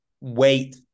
wait